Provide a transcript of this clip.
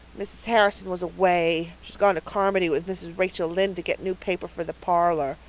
mrs. harrison was away. she's gone to carmody with mrs. rachel lynde to get new paper for the parlor.